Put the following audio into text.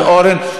חבר הכנסת אורן,